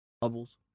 bubbles